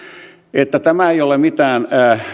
tämä ei ole mitään